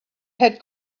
had